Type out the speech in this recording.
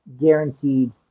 guaranteed